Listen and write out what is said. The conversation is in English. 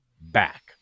back